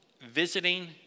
visiting